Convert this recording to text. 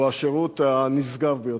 זה השירות הנשגב ביותר,